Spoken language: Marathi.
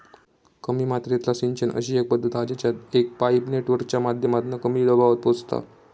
कमी मात्रेतला सिंचन अशी पद्धत हा जेच्यात एक पाईप नेटवर्कच्या माध्यमातना कमी दबावात पोचता